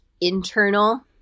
internal